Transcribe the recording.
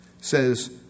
says